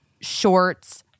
shorts